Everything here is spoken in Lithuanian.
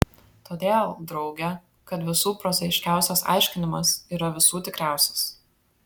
todėl drauge kad visų prozaiškiausias aiškinimas yra visų tikriausias